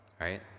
right